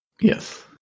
Yes